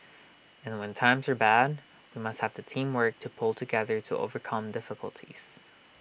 and when times are bad we must have the teamwork to pull together to overcome difficulties